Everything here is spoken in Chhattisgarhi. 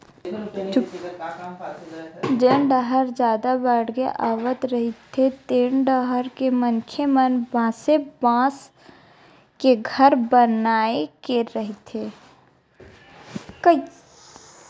जेन डाहर जादा बाड़गे आवत रहिथे तेन डाहर के मनखे मन बासे बांस के घर बनाए के रहिथे